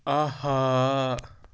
آہا